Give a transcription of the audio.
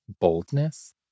boldness